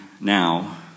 now